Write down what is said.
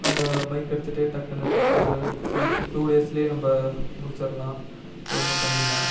நம்ப பைக் எடுத்துகிட்டே டக்குன்னு ஒரு த்ரீ டே டூ டேஸ்ல நம்ப முடிச்சரலாம் ரொம்ப கம்மி தான்